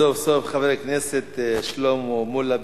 סוף-סוף חבר הכנסת שלמה מולה.